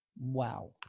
wow